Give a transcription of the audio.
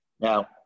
Now